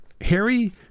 Harry